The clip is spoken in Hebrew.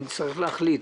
נצטרך להחליט.